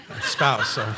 Spouse